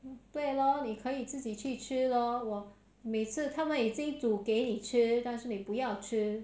对 lor 你可以自己去吃 lor 我每次他们已经煮给你吃但是你不要吃